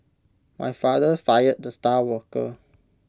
my father fired the star worker